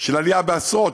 של עלייה בעשרות,